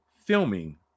filming